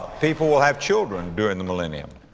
people will have children during the millennium.